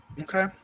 okay